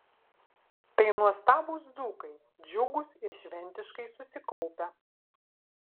tai nuostabūs dzūkai džiugūs ir šventiškai susikaupę